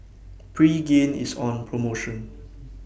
Pregain IS on promotion